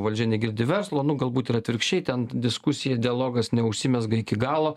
valdžia negirdi verslo nu galbūt ir atvirkščiai ten diskusija dialogas neužsimezga iki galo